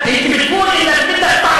(אומר